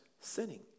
sinning